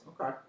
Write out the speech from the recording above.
Okay